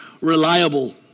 reliable